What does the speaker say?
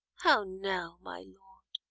how now, my lord!